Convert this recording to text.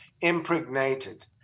impregnated